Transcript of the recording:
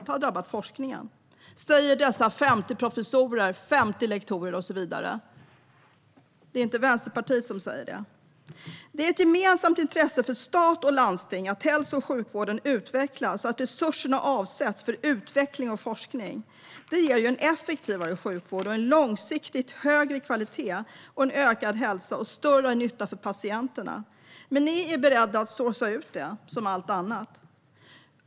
Det har drabbat forskningen, säger dessa 50 professorer, lektorer och så vidare. Det är inte Vänsterpartiet som säger det. Det är ett gemensamt intresse för stat och landsting att hälso och sjukvården utvecklas och att resurser avsätts för utveckling och forskning. Detta ger en effektivare sjukvård och en långsiktigt högre kvalitet. Det ger också en förbättrad hälsa och större nytta för patienterna. Men ni är beredda att "sourca ut" det, precis som allt annat.